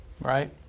right